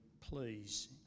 please